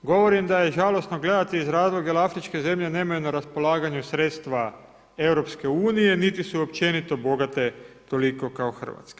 Govorim da je žalosno gledati iz razloga jer afričke zemlje nemaju na raspolaganju sredstva EU niti su općenito bogate toliko kao Hrvatska.